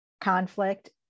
conflict